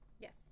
Yes